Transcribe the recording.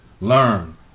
learn